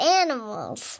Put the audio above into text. animals